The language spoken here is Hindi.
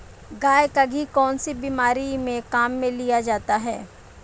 गाय का घी कौनसी बीमारी में काम में लिया जाता है?